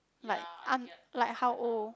like like how old